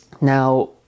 Now